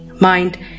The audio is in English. mind